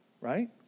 right